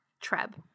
Treb